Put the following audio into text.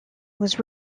was